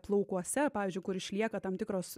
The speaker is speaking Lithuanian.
plaukuose pavyzdžiui kur išlieka tam tikros